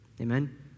Amen